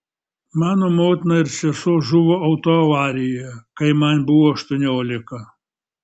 mano motina ir sesuo žuvo autoavarijoje kai man buvo aštuoniolika